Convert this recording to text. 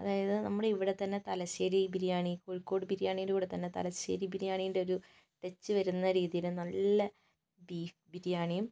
അതായത് നമ്മുടെ ഇവിടെ തന്നെ തലശ്ശേരി ബിരിയാണി കോഴിക്കോട് ബിരിയാണിയുടെ കൂടെത്തന്നെ തലശ്ശേരി ബിരിയാണിൻ്റൊരു വെച്ചു വരുന്ന രീതിയില് നല്ല ബീഫ് ബിരിയാണിയും